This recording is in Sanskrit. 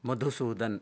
मधुसूदन्